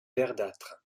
verdâtre